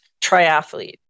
triathlete